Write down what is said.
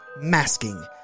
masking